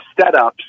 setups